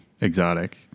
exotic